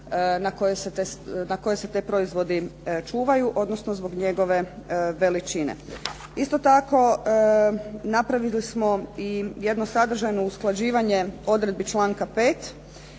na koji se ti proizvodi čuvaju, odnosno zbog njegove veličine. Isto tako, napravili smo i jedno sadržajno usklađivanje odredbi članka 5.